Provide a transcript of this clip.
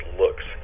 looks